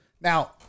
Now